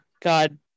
god